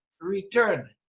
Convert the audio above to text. return